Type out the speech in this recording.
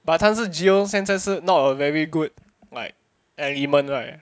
but 但是 geo 现在是 not a very good element right